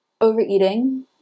Overeating